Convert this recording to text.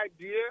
idea